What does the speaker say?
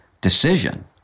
decision